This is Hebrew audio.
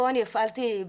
פה הפעלתי,